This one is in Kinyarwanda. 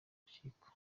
urukiko